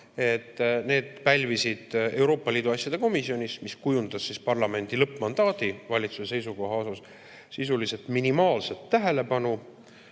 et need pälvisid Euroopa Liidu asjade komisjonis, mis kujundas parlamendi lõppmandaadi valitsuse seisukoha suhtes, sisuliselt minimaalset tähelepanu